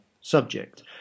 subject